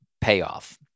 payoff